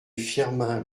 firmin